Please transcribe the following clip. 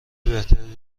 بهتری